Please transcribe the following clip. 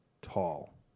tall